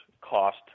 cost